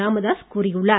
ராமதாஸ் கூறியுள்ளார்